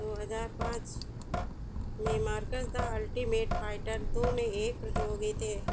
दो हजार पाँच में मारकस द अल्टीमेट फाइटर दो में एक प्रतियोगी थे